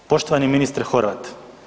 Poštovani ministre Horvat.